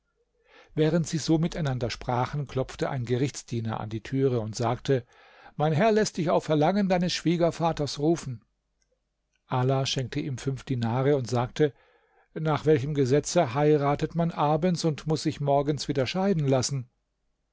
während sie so miteinander sprachen klopfte ein gerichtsdiener an die türe und sagte mein herr läßt dich auf verlangen deines schwiegervaters rufen ala schenkte ihm fünf dinare und sagte nach welchem gesetzte heiratet man abends und muß sich morgens wieder scheiden lassen